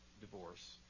divorce